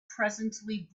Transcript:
presently